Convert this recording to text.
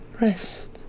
Rest